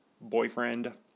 boyfriend